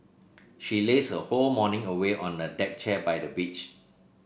she lazed her whole morning away on a deck chair by the beach